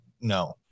No